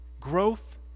Growth